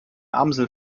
amsel